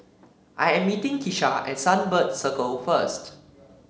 I am meeting Kisha at Sunbird Circle first